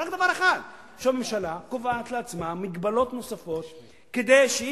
רק דבר אחד: שהממשלה קובעת לעצמה מגבלות נוספות כדי שלא